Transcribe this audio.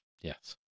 Yes